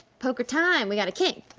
poker time, we got a king,